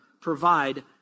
provide